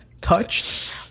touched